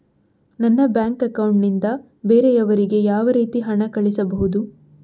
ನನ್ನ bank account ನಿಂದ ಬೇರೆಯವರಿಗೆ ಯಾವ ರೀತಿ ಹಣ ಕಳಿಸಬಹುದು?